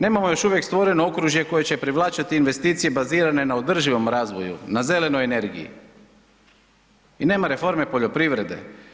Nemamo još uvijek stvoreno okružje koje će privlačiti investicije bazirane na održivom razvoju, na zelenoj energiji i nema reforme poljoprivrede.